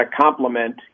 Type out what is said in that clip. complement